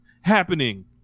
happening